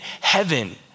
heaven